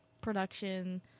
production